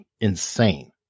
insane